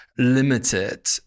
Limited